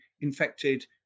infected